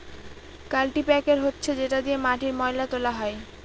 কাল্টিপ্যাকের হচ্ছে যেটা দিয়ে মাটির ময়লা তোলা হয়